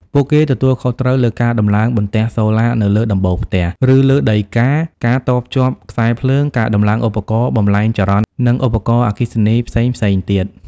ពួកគេទទួលខុសត្រូវលើការដំឡើងបន្ទះសូឡានៅលើដំបូលផ្ទះ ឬលើដីការ ការតភ្ជាប់ខ្សែភ្លើង ការដំឡើងឧបករណ៍បំប្លែងចរន្ត និងឧបករណ៍អគ្គិសនីផ្សេងៗទៀត។